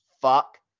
fuck